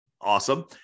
awesome